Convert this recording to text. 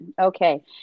Okay